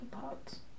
parts